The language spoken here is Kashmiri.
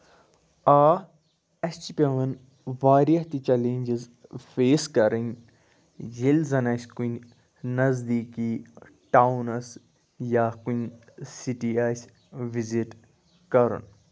آ اَسہِ چھُ پٮ۪ان واریاہ تہِ چٮ۪لٮ۪نجٔز فٮ۪س کَرٕنۍ ییٚلہِ زَن اَسہِ کُنہِ نزدیٖکی ٹاونَس یا کُنہِ سِٹی آسہِ وزِٹ کَرُن